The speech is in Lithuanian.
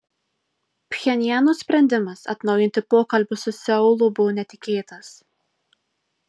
pchenjano sprendimas atnaujinti pokalbius su seulu buvo netikėtas